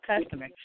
customer